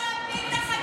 הם באו להפיל את החקיקה,